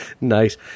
nice